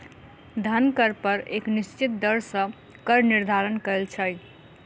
धन कर पर एक निश्चित दर सॅ कर निर्धारण कयल छै